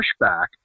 pushback